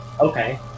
Okay